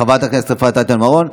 חברת הכנסת אפרת רייטן מרום.